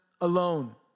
alone